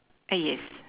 ah yes